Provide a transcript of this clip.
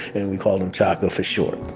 and we called him chaka for short,